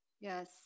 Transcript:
Yes